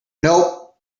nope